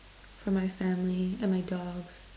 for my family and my dogs